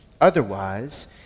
Otherwise